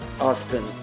Austin